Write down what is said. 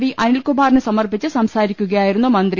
V അനിൽകുമാറിന് സമർപ്പിച്ച് സംസാരിക്കുക യായിരുന്നു മന്ത്രി